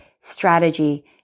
strategy